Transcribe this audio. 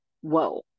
whoa